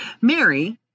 Mary